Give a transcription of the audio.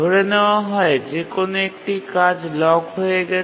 ধরে নেওয়া হয় যে কোনও একটি কাজ লক হয়ে গেছে